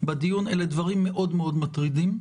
בדיון אלה דברים מאוד מאוד מטרידים.